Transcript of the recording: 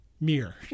mirror